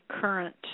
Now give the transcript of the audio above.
current